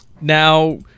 now